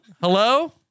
hello